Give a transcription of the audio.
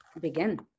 begin